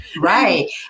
Right